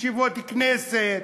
ישיבות כנסת,